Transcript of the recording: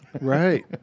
Right